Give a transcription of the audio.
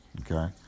okay